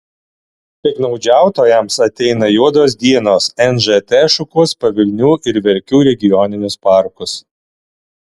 piktnaudžiautojams ateina juodos dienos nžt šukuos pavilnių ir verkių regioninius parkus